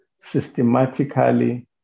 systematically